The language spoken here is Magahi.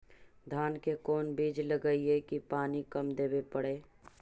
धान के कोन बिज लगईऐ कि पानी कम देवे पड़े?